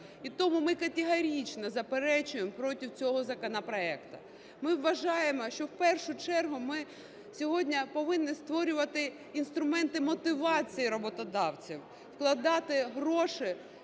І тому ми категорично заперечуємо проти цього законопроекту. Ми вважаємо, що в першу чергу ми сьогодні повинні створювати інструменти мотивації роботодавців, вкладати гроші